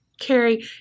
Carrie